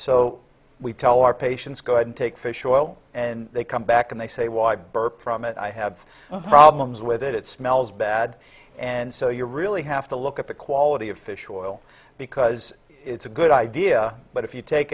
so we tell our patients go ahead and take fish oil and they come back and they say why burp from it i have problems with it it smells bad and so you really have to look at the quality of fish oil because it's a good idea but if you take